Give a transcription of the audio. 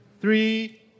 three